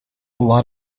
lot